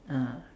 ah